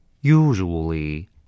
usually